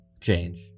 change